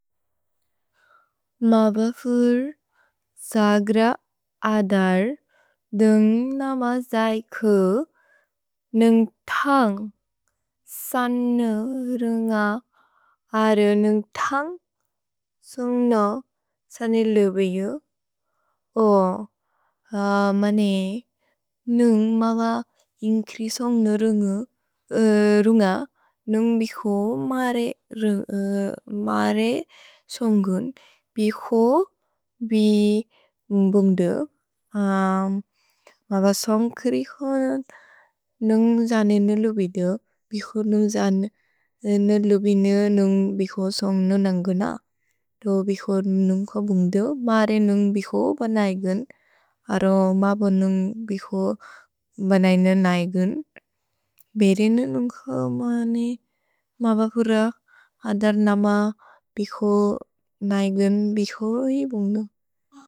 मबफुर् सग्र अदर् दुन्ग् नम जैकु, नुन्ग् थन्ग् सन्नु रुन्ग अरु नुन्ग् थन्ग् सुन्ग्नो सनिलुबिउ। ओ मने नुन्ग् मब इन्क्रि सोन्ग्नु रुन्ग, नुन्ग् बिहो मरे सोन्गुन्, बिहो बि म्बुन्ग्दु। मबफुर् सग्र अदर् दुन्ग् नम जैकु, नुन्ग् थन्ग् सुन्ग्नो सनिलुबिउ।